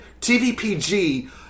TVPG